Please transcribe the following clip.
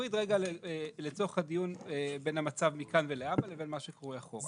נפריד רגע לצורך הדיון בין המצב מכאן ולהבא לבין מה שקורה אחורה.